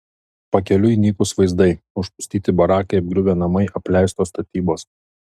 pakeliui nykūs vaizdai užpustyti barakai apgriuvę namai apleistos statybos